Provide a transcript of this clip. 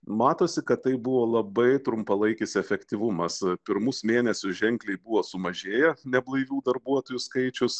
matosi kad tai buvo labai trumpalaikis efektyvumas pirmus mėnesius ženkliai buvo sumažėjęs neblaivių darbuotojų skaičius